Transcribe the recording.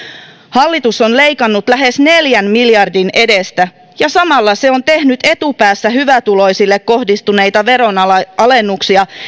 hallitus on leikannut lähes neljän miljardin edestä ja samalla se on tehnyt etupäässä hyvätuloisille kohdistuneita veronalennuksia